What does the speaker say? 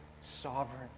sovereign